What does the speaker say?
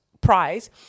prize